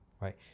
right